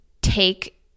take